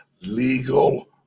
legal